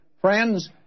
friends